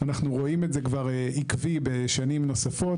אנחנו רואים את זה כבר עקבי בשנים נוספות.